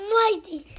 mighty